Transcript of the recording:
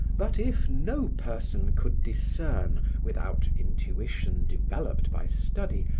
but if no person could discern, without intuition developed by study,